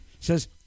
says